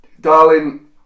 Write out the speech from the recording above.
darling